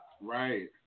Right